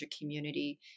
community